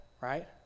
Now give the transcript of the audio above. right